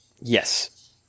Yes